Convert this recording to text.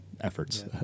efforts